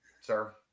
sir